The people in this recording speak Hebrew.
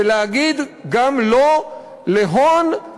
ולהגיד גם לא להון,